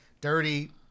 dirty